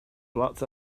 blots